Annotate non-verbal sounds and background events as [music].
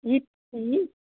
یِتہٕ [unintelligible]